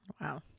Wow